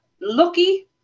Lucky